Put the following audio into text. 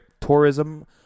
Tourism